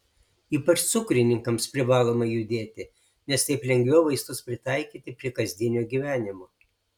ypač cukrininkams privaloma judėti nes taip lengviau vaistus pritaikyti prie kasdienio gyvenimo